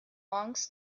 monks